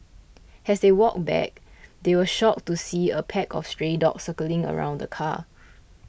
as they walked back they were shocked to see a pack of stray dogs circling around the car